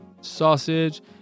Sausage